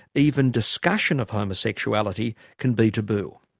even discussion of homosexuality can be taboo.